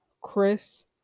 chris